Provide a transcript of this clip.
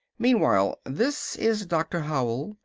meanwhile this is doctor howell,